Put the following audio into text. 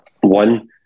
One